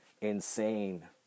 insane